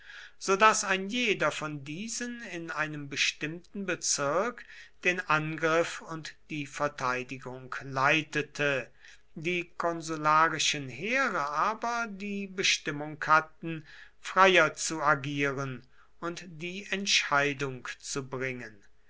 so daß ein jeder von diesen in einem bestimmten bezirk den angriff und die verteidigung leitete die konsularischen heere aber die bestimmung hatten freier zu agieren und die entscheidung zu bringen